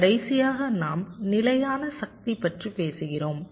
கடைசியாக நாம் நிலையான சக்தி பற்றி பேசுகிறோம்